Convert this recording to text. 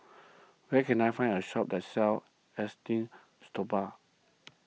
where can I find a shop that sells Esteem Stoma